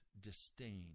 disdain